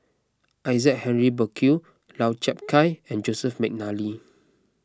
Isaac Henry Burkill Lau Chiap Khai and Joseph McNally